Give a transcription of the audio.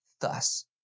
thus